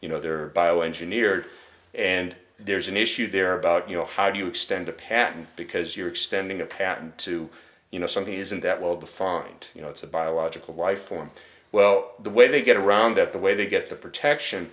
you know they're bioengineered and there's an issue there about you know how do you extend a patent because you're extending a patent to you know something isn't that well defined you know it's a biological life form well the way they get around that the way they get the protection